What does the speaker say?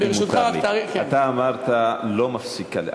אתה אמרת: לא מפסיקה.